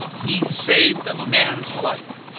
he saved a man's life.